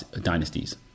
dynasties